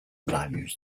values